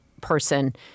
person